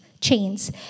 chains